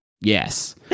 Yes